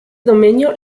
domenyo